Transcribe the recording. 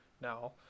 now